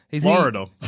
Florida